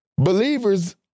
Believers